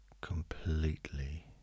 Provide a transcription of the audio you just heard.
completely